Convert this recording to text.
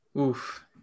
Oof